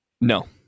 No